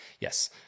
Yes